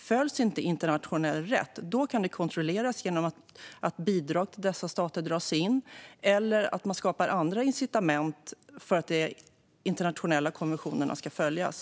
Följs inte internationell rätt kan det kontrolleras genom att bidrag till dessa stater dras in eller genom att man skapar andra incitament för att de internationella konventionerna ska följas.